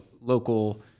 local